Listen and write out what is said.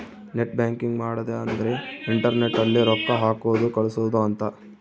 net banking ಮಾಡದ ಅಂದ್ರೆ internet ಅಲ್ಲೆ ರೊಕ್ಕ ಹಾಕೋದು ಕಳ್ಸೋದು ಅಂತ